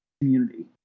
Community